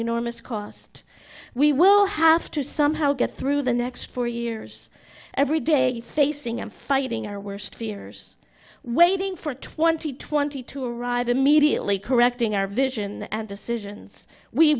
enormous cost we will have to somehow get through the next four years every day facing and fighting our worst fears waiting for twenty twenty to arrive immediately correcting our vision and decisions we